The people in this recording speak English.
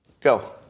Go